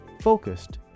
focused